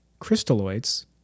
crystalloids